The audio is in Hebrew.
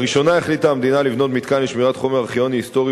לראשונה החליטה המדינה לבנות מתקן לשמירת חומר ארכיוני היסטורי